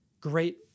great